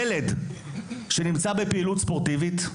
ילד שנמצא בפעילות ספורטיבית,